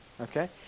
Okay